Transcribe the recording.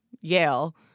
Yale